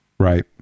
Right